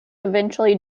eventually